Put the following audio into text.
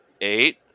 eight